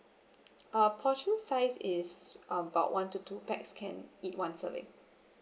uh portion size is of about one to two pax can eat one serving